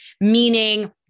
meaning